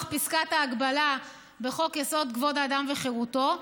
פסקת ההגבלה בחוק-יסוד: כבוד האדם וחירותו,